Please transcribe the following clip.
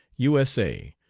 u s a,